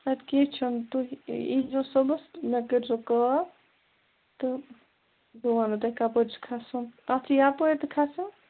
اَدٕ کیٚنٛہہ چھُنہٕ تُہۍ ییٖزیو صُبحَس تہٕ مےٚ کٔرۍزیو کال تہٕ بہٕ وَنو تۄہہِ کَپٲرۍ چھِ کھسُن اَتھ چھِ یَپٲرۍ تہِ کھَسان